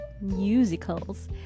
musicals